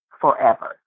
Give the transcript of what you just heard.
forever